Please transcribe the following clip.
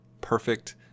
perfect